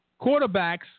quarterbacks